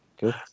Good